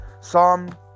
Psalm